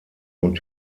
und